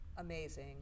amazing